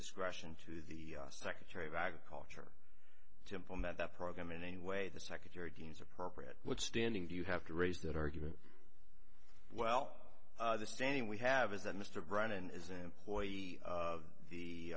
discretion to the secretary of agriculture to implement that program in any way the secretary deems appropriate standing do you have to raise that argument well the standing we have is that mr brennan is an employee of the